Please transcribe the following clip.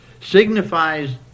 signifies